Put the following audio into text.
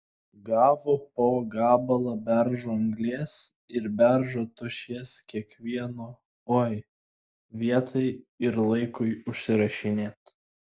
gavo po gabalą beržo anglies ir beržo tošies kiekvieno oi vietai ir laikui užsirašinėti